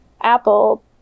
Apple